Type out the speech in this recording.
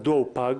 מדוע הוא פג?